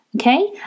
okay